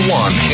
one